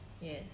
Yes